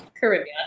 Caribbean